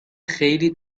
خیلی